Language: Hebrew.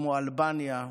כמו אלבניה,